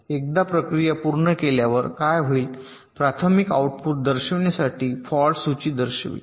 एकदा प्रक्रिया पूर्ण केल्यावर काय होईल प्राथमिक आउटपुट दर्शविण्यासाठी फॉल्ट सूची दर्शविते